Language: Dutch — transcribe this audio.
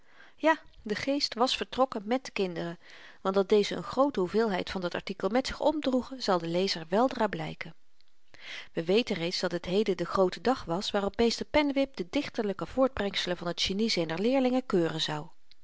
ja de geest was vertrokken met de kinderen want dat dezen n groote hoeveelheid van dat artikel met zich omdroegen zal den lezer weldra blyken wy weten reeds dat het heden de groote dag was waarop meester pennewip de dichterlyke voortbrenselen van t genie zyner leerlingen keuren zou